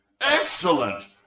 Excellent